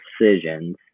decisions